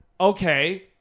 okay